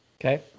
okay